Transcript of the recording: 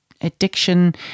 addiction